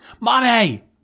Money